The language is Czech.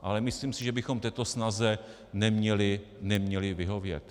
Ale myslím si, že bychom této snaze neměli vyhovět.